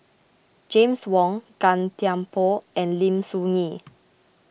James Wong Gan Thiam Poh and Lim Soo Ngee